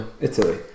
Italy